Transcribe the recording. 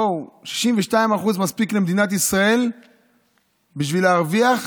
בואו, 62% מספיקים למדינת ישראל בשביל להרוויח.